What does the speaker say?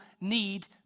need